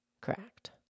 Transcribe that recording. correct